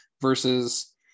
versus